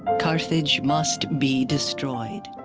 carthage must be destroyed